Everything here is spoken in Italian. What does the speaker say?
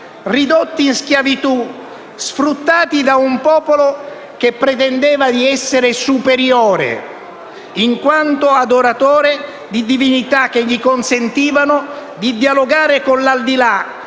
ridotti in schiavitù, sfruttati da un popolo che pretendeva di essere superiore, in quanto adoratore di divinità che gli consentivano di dialogare con l'aldilà